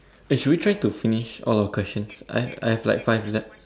eh should we try to finish all our questions I I have like five left